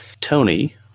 Tony